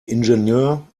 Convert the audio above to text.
ingenieur